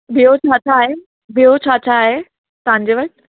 ॿियो छा छा आहे ॿियो छा छा आहे तव्हांजे वटि